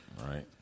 right